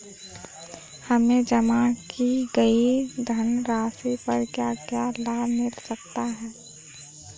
हमें जमा की गई धनराशि पर क्या क्या लाभ मिल सकता है?